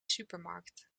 supermarkt